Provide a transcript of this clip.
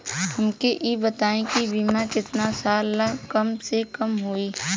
हमके ई बताई कि बीमा केतना साल ला कम से कम होई?